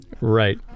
Right